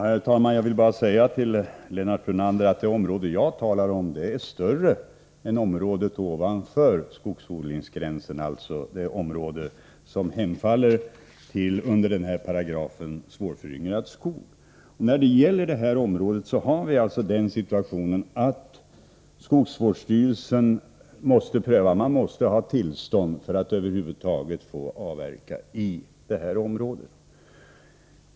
Herr talman! Jag vill bara säga till Lennart Brunander att det område jag talar om är större än området ovanför skogsodlingsgränsen, alltså det område som faller under paragrafen om svårföryngrad skog. Situationen är den att man måste ha tillstånd av skogsvårdsstyrelsen för att över huvud taget få avverka i det området.